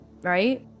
right